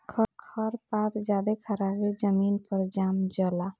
खर पात ज्यादे खराबे जमीन पर जाम जला